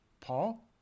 Paul